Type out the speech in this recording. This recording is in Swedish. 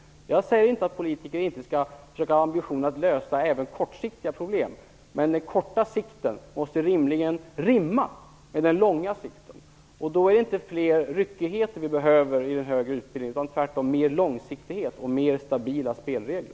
Jag säger inte att politiker inte skall försöka ha ambitionen att lösa även kortsiktiga problem. Men den korta sikten måste rimligen rimma med den långa sikten. Då är det inte fler ryckigheter vi behöver i den högre utbildningen utan tvärtom mer långsiktighet och stabilare spelregler.